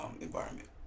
environment